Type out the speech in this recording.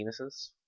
penises